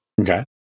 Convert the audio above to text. Okay